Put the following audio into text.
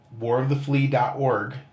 waroftheflea.org